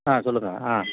ஆ சொல்லுங்க ஆ